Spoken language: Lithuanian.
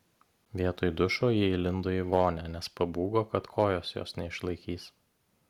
vietoj dušo ji įlindo į vonią nes pabūgo kad kojos jos neišlaikys